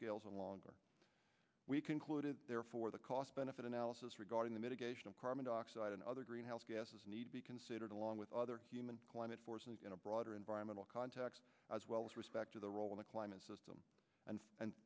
scales are longer we concluded therefore the cost benefit analysis regarding the mitigation of carbon dioxide and other greenhouse gases need to be considered along with other climate force and in a broader environmental context as well as respect to the role in the climate system and and